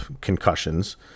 concussions